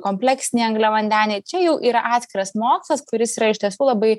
kompleksiniai angliavandeniai čia jau yra atskiras mokslas kuris yra iš tiesų labai